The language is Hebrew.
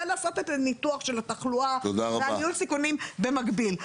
ולעשות את הניתוח של התחלואה וניהול הסיכונים במקביל.